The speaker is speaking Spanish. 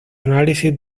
análisis